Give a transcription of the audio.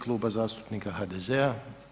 Kluba zastupnika HDZ-a.